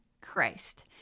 Christ